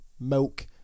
milk